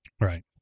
Right